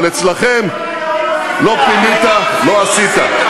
אבל אצלכם, לא פינית, לא עשית.